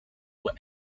were